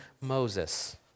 Moses